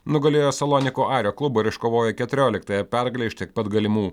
nugalėjo salonikų ario klubą ir iškovojo keturioliktąją pergalę iš tiek pat galimų